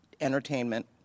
entertainment